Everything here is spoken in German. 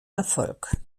erfolg